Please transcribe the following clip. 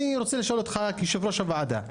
אני רוצה לשאול אותך כיושב ראש הוועדה,